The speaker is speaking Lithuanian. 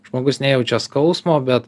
žmogus nejaučia skausmo bet